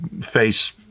face